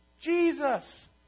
Jesus